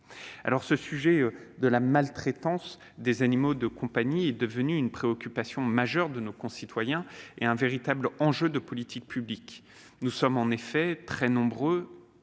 nécessaire. La maltraitance des animaux de compagnie est devenue une préoccupation majeure de nos concitoyens et un véritable enjeu de politique publique. Nous sommes en effet très nombreux